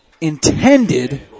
Intended